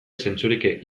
zentzurik